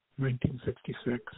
1966